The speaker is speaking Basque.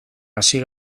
hasi